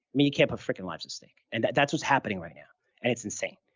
mean, you can't put freaking lives at stake and that's what's happening right now and it's insane.